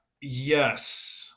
yes